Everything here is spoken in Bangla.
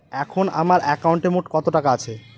এখন আমার একাউন্টে মোট কত টাকা আছে?